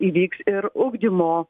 įvyks ir ugdymo